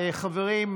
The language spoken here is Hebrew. חברים,